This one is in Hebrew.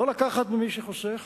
לא לקחת ממי שחוסך,